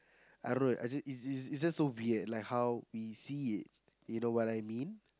I don't know I just it it it it's just so weird like how we see it you know what I mean